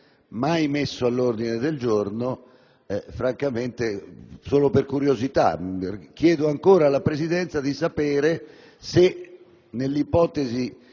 mai messa all'ordine del giorno. Solo per curiosità chiedo ancora alla Presidenza di sapere se nell'ipotesi